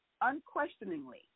unquestioningly